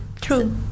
true